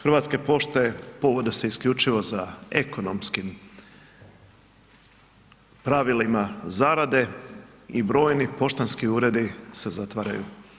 Hrvatske pošte povode se isključivo za ekonomskim pravilima zarade i brojni poštanski uredi se zatvaraju.